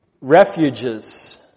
refuges